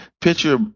Picture